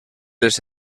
les